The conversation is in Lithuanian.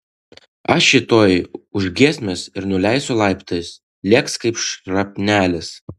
aš jį tuoj už giesmės ir nuleisiu laiptais lėks kaip šrapnelis